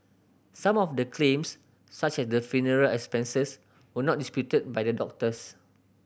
some of the claims such as for funeral expenses were not disputed by the doctors